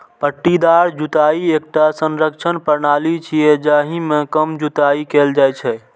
पट्टीदार जुताइ एकटा संरक्षण प्रणाली छियै, जाहि मे कम जुताइ कैल जाइ छै